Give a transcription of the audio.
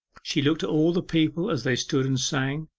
she looked at all the people as they stood and sang,